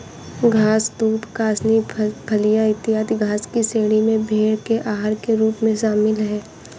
घास, दूब, कासनी, फलियाँ, इत्यादि घास की श्रेणी में भेंड़ के आहार के रूप में शामिल है